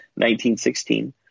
1916